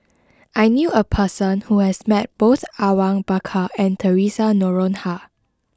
I knew a person who has met both Awang Bakar and Theresa Noronha